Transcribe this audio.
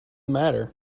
matter